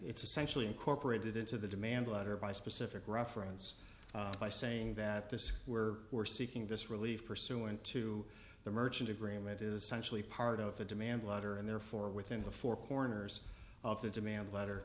and it's essentially incorporated into the demand letter by specific reference by saying that this is where we're seeking this relief pursuant to the merchant agreement is actually part of a demand letter and therefore within the four corners of the demand letter